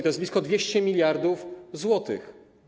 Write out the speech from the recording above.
To jest blisko 200 mld zł.